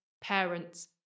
parents